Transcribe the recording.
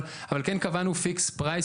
אבל כן קבענו מחיר קבוע מראש,